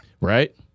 Right